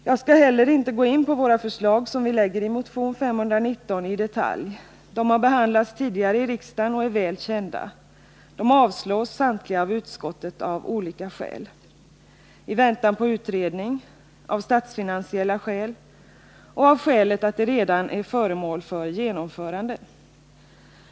Jag skall heller inte gå in i detalj på de förslag som vi lägger fram i motion 519. De har tidigare behandlats i riksdagen och är väl kända. De avstyrks samtliga av utskottet av olika skäl: i väntan på utredning, av statsfinansiella skäl och av det skälet att de redan är föremål för genomförande.